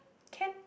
can